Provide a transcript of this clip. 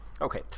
Okay